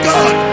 God